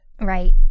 Right